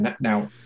Now